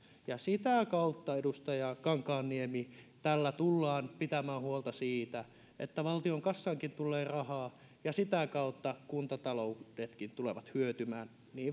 ja sitä kautta edustaja kankaanniemi tällä tullaan pitämään huolta siitä että valtion kassaankin tulee rahaa ja sitä kautta kuntataloudetkin tulevat hyötymään